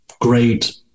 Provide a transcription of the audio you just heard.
great